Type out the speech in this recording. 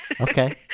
Okay